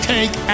Take